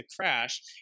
crash